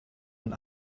und